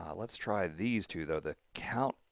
um let's try these two, though. the countifs,